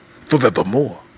Forevermore